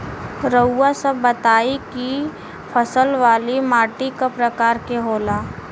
रउआ सब बताई कि फसल वाली माटी क प्रकार के होला?